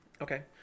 Okay